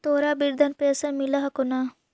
तोहरा वृद्धा पेंशन मिलहको ने?